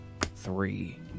three